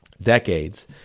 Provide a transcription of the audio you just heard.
decades